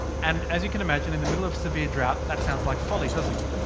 and as you can imagine in the middle of severe drought, that sounds like folly, doesn't it?